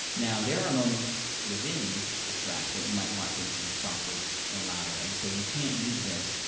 now, there are moments within a track, that you might want things to be softer and louder, and so you can't use this,